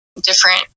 different